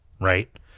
right